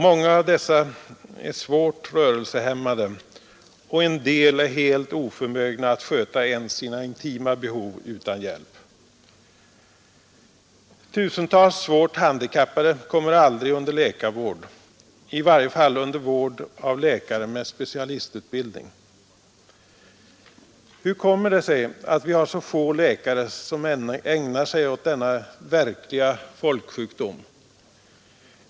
Många av dessa är svårt rörelsehämmade och en del är helt oförmögna att sköta ens sina intima behov utan hjälp. Tusentals svårt handikappade kommer aldrig under läkarvård — i varje fall inte under vård av läkare med specialistutbildning. Hur kommer det sig att vi har så få läkare som ägnar sig åt denna verkliga folksjukdom?